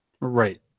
right